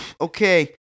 Okay